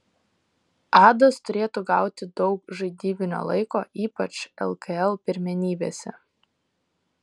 adas turėtų gauti daug žaidybinio laiko ypač lkl pirmenybėse